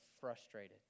frustrated